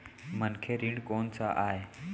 मनखे ऋण कोन स आय?